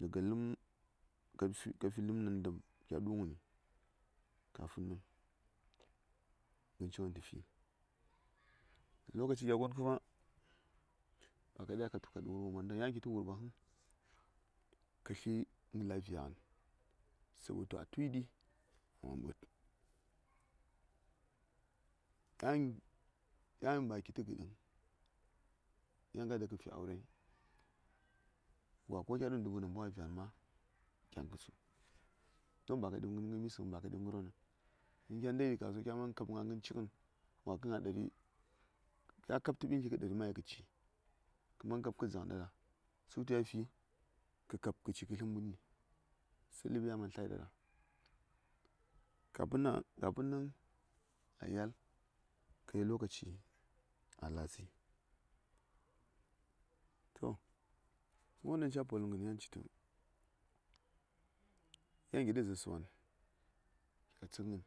Daga nan galtsə ləm nandam ca du ngəni kafin nan ngən ci ngən tə fi lokacigon kuma ba ka dya ka tu kəɗu wurɓa mandaŋ ka tli nə la vya ngən sabo tu a tui ɗi a man bəd yan ba ki tə gəɗəŋ yan ka dab kə fi aureŋ gwa ko kya ɗun dubu namboŋa vya ngən ma jan ka su ngə don ba ka ɗib ngən gə misəŋ ba ɗib ngər wo nəŋ se de a man kab ngaa ngən ci ngən kya kab tə ɓin tli nə kab kə ɗari mai kə ci ka man kab dzaŋ ɗaɗa sutə ya fikə kab kə ci kə tlə ɓunni sai ləb ya man tlai ɗaɗa kafin nan a yal ka yel lokacia la tsəi to ngər won ɗaŋ ca poləm gən yan ci tu yan ki tə zaarsə wan kya tsən ngən